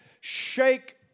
shake